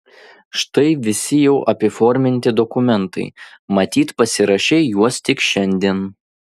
štai visi jau apiforminti dokumentai matyt pasirašei juos tik šiandien